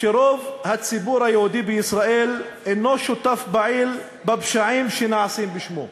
שרוב הציבור היהודי בישראל אינו שותף פעיל לפשעים שנעשים בשמו.